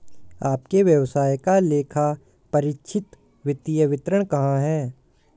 आपके व्यवसाय का लेखापरीक्षित वित्तीय विवरण कहाँ है?